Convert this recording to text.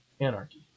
anarchy